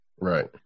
Right